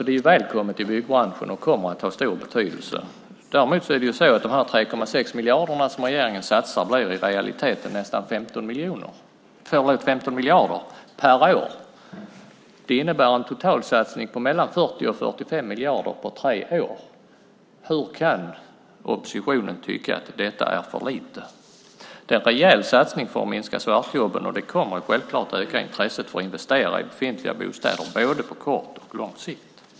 Det är välkommet i byggbranschen och kommer att ha stor betydelse. De 3,6 miljarder som regeringen satsar blir i realiteten nästan 15 miljarder per år. Det innebär en totalsatsning på mellan 40 och 45 miljarder på tre år. Hur kan oppositionen tycka att det är för lite? Det är en rejäl satsning för att minska svartjobben, och det kommer självklart att öka intresset för att investera i befintliga bostäder både på kort och på lång sikt.